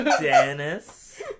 Dennis